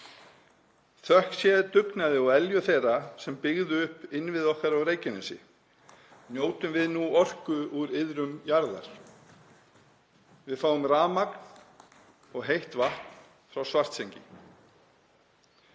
Þökk sé dugnaði og elju þeirra sem byggðu upp innviði okkar á Reykjanesi njótum við nú orku úr iðrum jarðar. Við fáum rafmagn og heitt vatn frá Svartsengi,